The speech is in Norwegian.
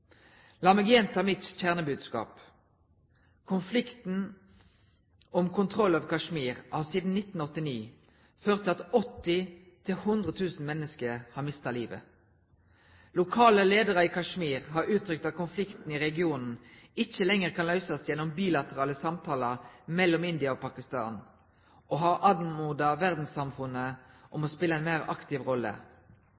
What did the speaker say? La meg gjenta mitt kjernebudskap: «Konflikten om kontrollen over Kashmir har siden 1989 ført til at 80 000–100 000 mennesker har mistet livet. Lokale ledere i Kashmir har uttrykt at konflikten i regionen ikke lenger kan løses gjennom bilaterale samtaler mellom India og Pakistan, og de har anmodet verdenssamfunnet om